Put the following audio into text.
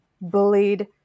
bullied